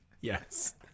yes